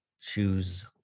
choose